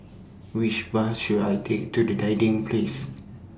Which Bus should I Take to Dinding Place